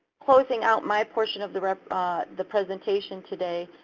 closing out my portion of the the presentation today,